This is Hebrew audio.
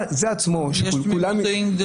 יש תמימות דעים.